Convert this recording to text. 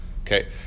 Okay